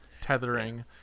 tethering